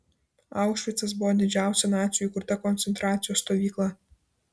aušvicas buvo didžiausia nacių įkurta koncentracijos stovykla